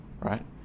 right